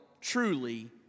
truly